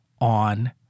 on